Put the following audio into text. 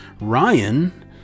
Ryan